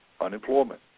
unemployment